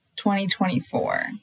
2024